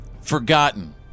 forgotten